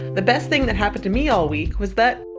the best thing that happened to me all week was that.